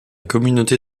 communauté